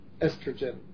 estrogen